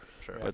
Sure